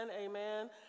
amen